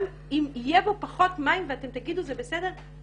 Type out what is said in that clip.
גם אם יהיה בו פחות מים ואתם תגידו שזה בסדר - לא,